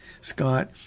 Scott